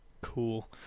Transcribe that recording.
Cool